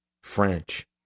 French